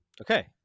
Okay